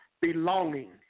Belonging